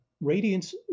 radiance